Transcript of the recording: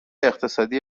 اقتصادی